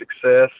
success